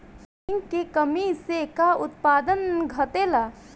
Zinc की कमी से का उत्पादन घटेला?